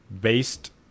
based